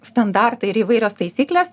standartai ir įvairios taisyklės